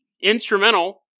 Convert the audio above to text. instrumental